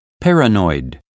paranoid